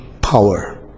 power